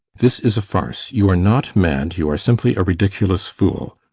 this is a farce! you are not mad you are simply a ridiculous fool.